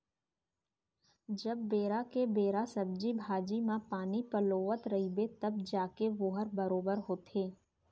जब बेरा के बेरा सब्जी भाजी म पानी पलोवत रइबे तव जाके वोहर बरोबर होथे